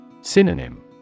Synonym